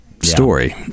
story